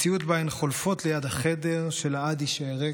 מציאות שבה הן חולפות ליד החדר שלעד יישאר ריק,